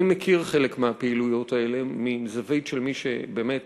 אני מכיר חלק מהפעילויות האלה, מזווית של מי שבאמת